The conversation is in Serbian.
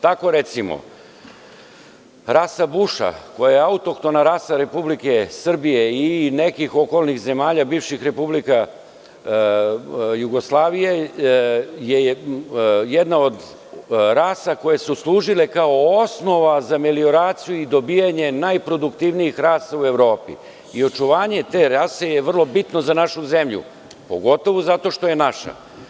Tako recimo rasa Buša koja je autohtona rasa Republike Srbije i nekih okolnih zemalja bivše Republike Jugoslavije je jedna od rasa koje su služile kao osnov za melioraciju i dobijanje najproduktivnijih rasa u Evropi i očuvanje te rase je bitno za našu zemlju, pogotovo zato što je naša.